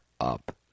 up